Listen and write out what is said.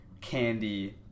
candy